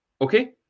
Okay